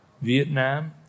Vietnam